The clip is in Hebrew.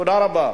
תודה רבה.